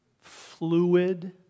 fluid